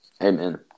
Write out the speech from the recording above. Amen